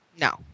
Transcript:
No